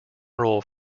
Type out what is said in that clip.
role